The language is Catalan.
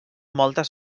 moltes